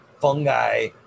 fungi –